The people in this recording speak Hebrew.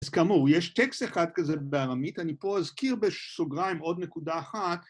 ‫אז כאמור, יש טקסט אחד כזה בארמית, ‫אני פה אזכיר בסוגריים עוד נקודה אחת.